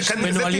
אלא נהלים פנימיים.